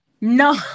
No